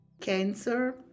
Cancer